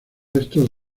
restos